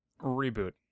Reboot